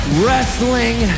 wrestling